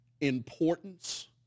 importance